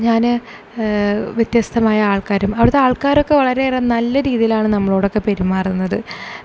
ഞാൻ വ്യത്യസ്തമായ ആൾക്കാരും അവിടുത്തെ ആൾക്കാരൊക്കെ വളരെയേറെ നല്ല രീതിയിലാണ് നമ്മളോടൊക്കെ പെരുമാറുന്നത്